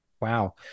Wow